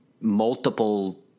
multiple